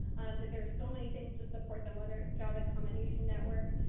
that there's so many things to support them whether it's job accommodation network,